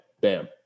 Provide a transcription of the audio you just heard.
bam